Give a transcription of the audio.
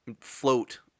float